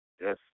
Yes